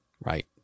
right